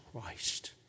Christ